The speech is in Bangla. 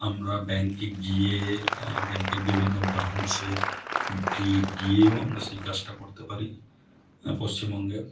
আমরা ব্যাঙ্কে গিয়ে ব্যাঙ্কের বিভিন্ন ব্রাঞ্চে গিয়েও আমরা সেই কাজটা করতে পারি পশ্চিমবঙ্গে